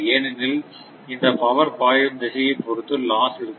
ஏனெனில் இந்த பவர் பாயும் திசையை பொருத்து லாஸ் இருக்கும்